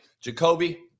jacoby